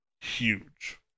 huge